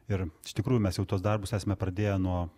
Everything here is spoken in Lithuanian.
ir iš tikrųjų mes jau tuos darbus esame pradėję nuo